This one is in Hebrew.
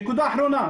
נקודה אחרונה,